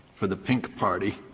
for the pink party,